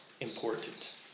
important